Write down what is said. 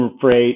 freight